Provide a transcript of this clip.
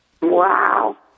Wow